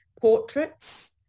portraits